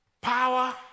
power